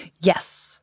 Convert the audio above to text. Yes